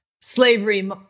slavery